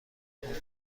فرهاد